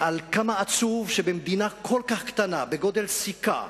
כמה עצוב שבמדינה כל כך קטנה, בגודל סיכה,